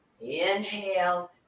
Inhale